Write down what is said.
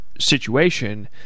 situation